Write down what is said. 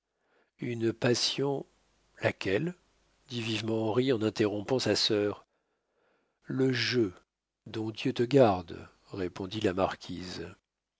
une passion laquelle dit vivement henri en interrompant sa sœur le jeu dont dieu te garde répondit la marquise